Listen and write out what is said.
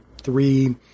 three